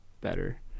better